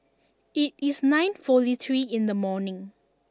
it is nine forty three in the morning